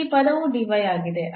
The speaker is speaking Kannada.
ಇಲ್ಲಿ ಈ ಪದವು dy ಆಗಿದೆ